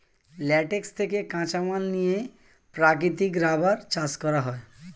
latex থেকে কাঁচামাল নিয়ে প্রাকৃতিক রাবার চাষ করা হয়